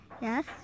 Yes